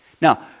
Now